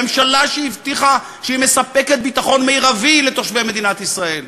הממשלה שהבטיחה שהיא מספקת ביטחון מרבי לתושבי מדינת ישראל.